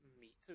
meet